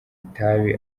itabi